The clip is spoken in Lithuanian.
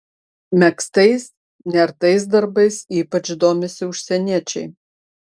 megztais nertais darbais ypač domisi užsieniečiai